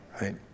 right